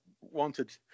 wanted